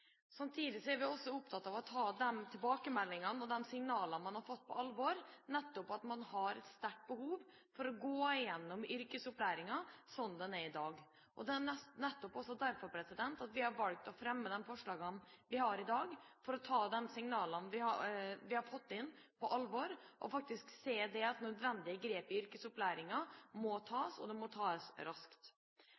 er også opptatt av å ta de tilbakemeldingene og de signalene vi har fått, på alvor, nettopp om at det er et sterkt behov for å gå gjennom yrkesopplæringa sånn den er i dag. Det er nettopp derfor vi har valgt å fremme disse forslagene: for å ta de signalene vi har fått, på alvor og innse at nødvendige grep i yrkesopplæringa må